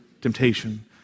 temptation